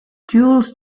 jules